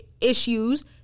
issues